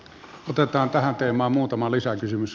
otetaan tähän teemaan muutama lisäkysymys